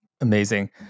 Amazing